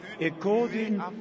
According